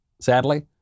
sadly